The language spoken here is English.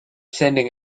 sending